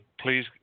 please